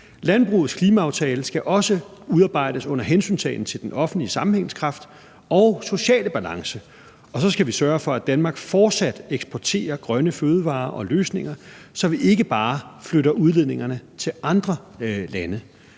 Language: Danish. Landbrugets klimaaftale skal også udarbejdes under hensyntagen til den offentlige sammenhængskraft og sociale balance, og så skal vi sørge for, at Danmark fortsat eksporterer grønne fødevarer og løsninger, så vi ikke bare flytter udledningerne til andre lande.